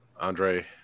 Andre